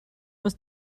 was